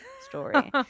story